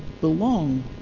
belong